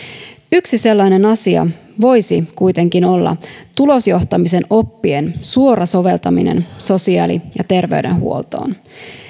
yksi sellainen asia voisi kuitenkin olla tulosjohtamisen oppien suora soveltaminen sosiaali ja terveydenhuoltoon